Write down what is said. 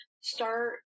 start